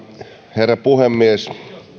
herra puhemies